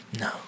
no